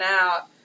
out